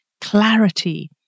clarity